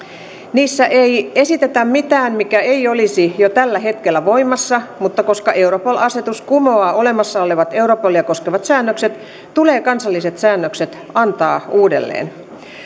niissä ei esitetä mitään mikä ei olisi jo tällä hetkellä voimassa mutta koska europol asetus kumoaa olemassa olevat europolia koskevat säännökset tulee kansalliset säännökset antaa uudelleen